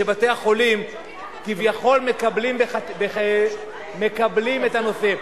שבתי-החולים כביכול מקבלים את הנושא.